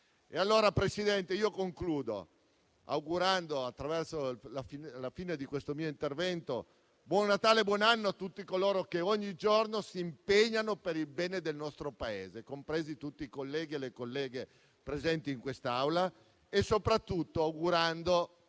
Signor Presidente, vorrei concludere augurando, attraverso la fine di questo mio intervento, buon Natale e buon anno a tutti coloro che ogni giorno si impegnano per il bene del nostro Paese, compresi tutti i colleghi e le colleghe presenti in quest'Aula, e soprattutto augurando